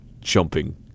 jumping